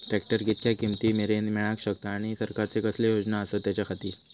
Tractor कितक्या किमती मरेन मेळाक शकता आनी सरकारचे कसले योजना आसत त्याच्याखाती?